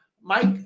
mike